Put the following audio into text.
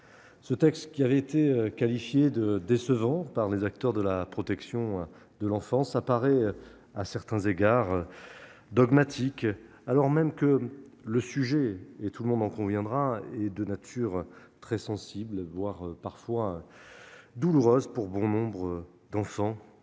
Ce texte, qualifié de décevant par les acteurs de la protection de l'enfance, apparaît à certains égards dogmatique, alors même que le sujet, tout le monde en convient, est très sensible, voire parfois douloureux, pour bon nombre d'enfants